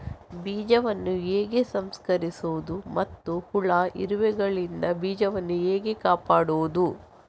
ಬೀಜವನ್ನು ಹೇಗೆ ಸಂಸ್ಕರಿಸುವುದು ಮತ್ತು ಹುಳ, ಇರುವೆಗಳಿಂದ ಬೀಜವನ್ನು ಹೇಗೆ ಕಾಪಾಡುವುದು?